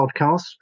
podcast